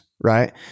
Right